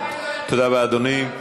אין סיכוי.